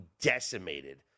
decimated